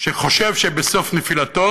שחושב שבסוף נפילתו